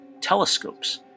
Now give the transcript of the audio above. telescopes